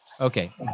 okay